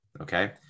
Okay